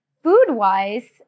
Food-wise